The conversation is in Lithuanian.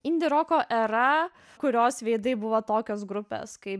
indi roko era kurios veidai buvo tokios grupes kaip